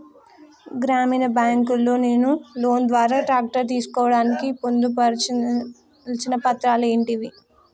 గ్రామీణ బ్యాంక్ లో నేను లోన్ ద్వారా ట్రాక్టర్ తీసుకోవడానికి పొందు పర్చాల్సిన పత్రాలు ఏంటివి?